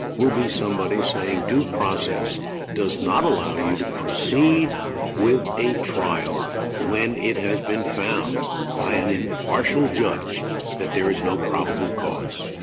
will be somebody saying due process does not allow you to proceed with a trial when it has been found by an impartial judge that there is no probable cause.